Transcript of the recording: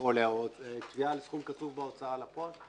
או תביעה לסכום קצוב בהוצאה לפועל.